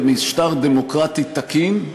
במשטר דמוקרטי תקין,